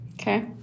Okay